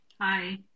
Hi